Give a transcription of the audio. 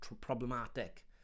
problematic